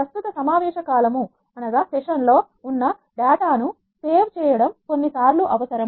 ప్రస్తుత సమావేశ కాలం లో ఉన్న డేటా ను సేవ్ చేయడం కొన్నిసార్లు అవసరం